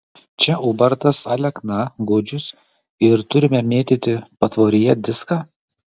čia ubartas alekna gudžius ir turime mėtyti patvoryje diską